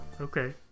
Okay